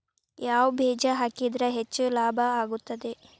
ಯಾವ ಬೇಜ ಹಾಕಿದ್ರ ಹೆಚ್ಚ ಲಾಭ ಆಗುತ್ತದೆ?